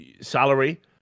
salary